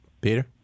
Peter